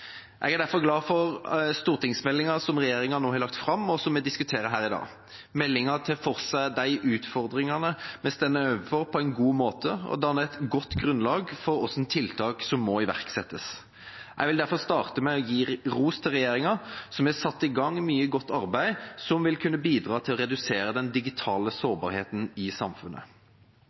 Jeg er derfor glad for stortingsmeldinga som regjeringa nå har lagt fram, og som vi diskuterer her i dag. Meldinga tar for seg de utfordringene vi står overfor, på en god måte og danner et godt grunnlag for hvilke tiltak som må iverksettes. Jeg vil derfor starte med å gi ros til regjeringa, som har satt i gang mye godt arbeid som vil kunne bidra til å redusere den digitale sårbarheten i samfunnet.